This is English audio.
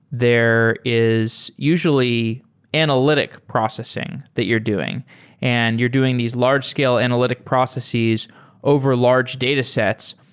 there is usually analytic processing that you're doing and you're doing these large scale analytic processes over large datasets.